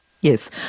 yes